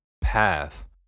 path